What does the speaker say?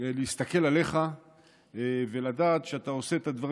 להסתכל עליך ולדעת שאתה עושה את הדברים